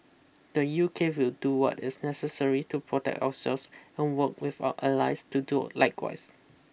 the U K will do what is necessary to protect ourselves and work with our allies to do likewise